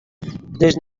dus